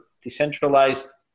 decentralized